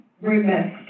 remiss